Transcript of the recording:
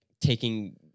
taking